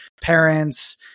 parents